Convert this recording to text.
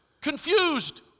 confused